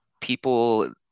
people